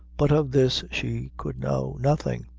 but of this she could know nothing,